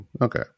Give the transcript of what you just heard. Okay